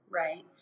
right